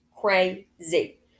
Crazy